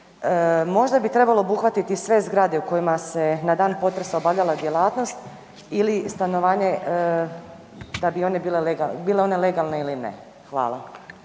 Možda bi trebalo obuhvatiti sve zgrade u kojima se na dan potresa obavljala djelatnost ili stanovanje, da bi one bile legalne, bile one legalne